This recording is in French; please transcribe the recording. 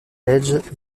belge